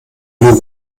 nur